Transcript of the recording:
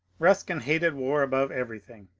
buskin hated war above everything,